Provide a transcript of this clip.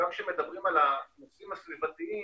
גם כשמדברים על הנושאים הסביבתיים,